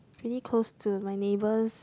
pretty close to my neighbours